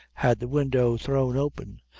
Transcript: had the window thrown open,